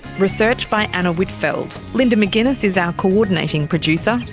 research by anna whitfeld, linda mcginness is our coordinating producer,